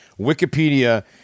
Wikipedia